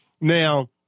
now